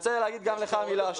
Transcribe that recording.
יש פה עוד דבר.